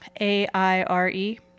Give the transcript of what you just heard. A-I-R-E